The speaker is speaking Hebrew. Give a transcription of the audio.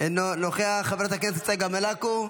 אינו נוכח, חברת הכנסת צגה מלקו,